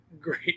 Great